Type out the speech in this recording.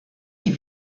die